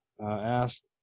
asked